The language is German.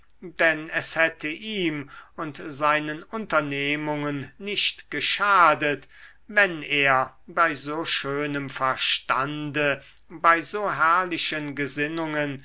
denn es hätte ihm und seinen unternehmungen nicht geschadet wenn er bei so schönem verstande bei so herrlichen gesinnungen